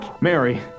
mary